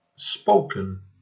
spoken